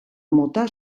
mota